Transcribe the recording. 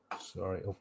sorry